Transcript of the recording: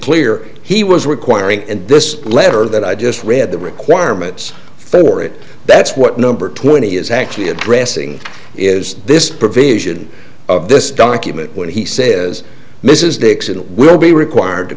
clear he was requiring and this letter that i just read the requirements for it that's what number twenty is actually addressing is this provision of this document when he says mrs dixon will be required to